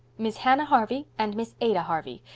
miss hannah harvey and miss ada harvey.